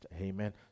Amen